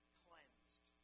cleansed